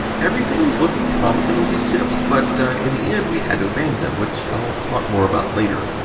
um everything was looking promising with these chips, but in the end we had to abandon them, which i'll talk more about later.